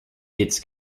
its